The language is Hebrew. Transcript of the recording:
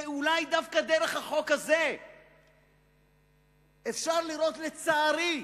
אולי דווקא דרך החוק הזה אפשר לראות, לצערי,